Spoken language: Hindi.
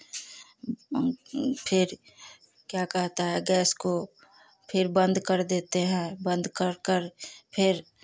फिर क्या कहते हैं गैस को फिर बंद कर देते है बंद कर कर फिर